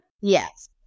Yes